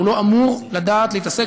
אגב,